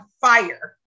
fire